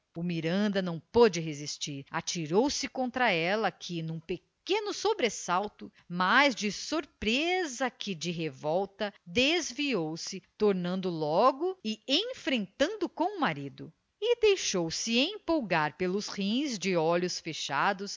miranda não pôde resistir atirou-se contra ela que num pequeno sobressalto mais de surpresa que de revolta desviou se tornando logo e enfrentando com o marido e deixou-se empolgar pelos rins de olhos fechados